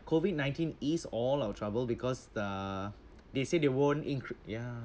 COVID nineteen ease all our trouble because uh they say they won't incre~ ya